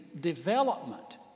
development